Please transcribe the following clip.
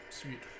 sweet